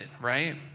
right